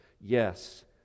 Yes